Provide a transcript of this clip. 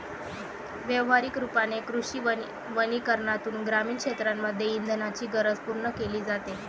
व्यवहारिक रूपाने कृषी वनीकरनातून ग्रामीण क्षेत्रांमध्ये इंधनाची गरज पूर्ण केली जाते